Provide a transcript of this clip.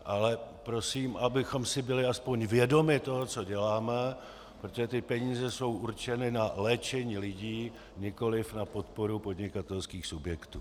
Ale prosím, abychom si byli aspoň vědomi toho, co děláme, protože ty peníze jsou určeny na léčení lidí, nikoliv na podporu podnikatelských subjektů.